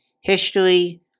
history